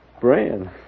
Brand